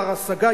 הבר-השגה,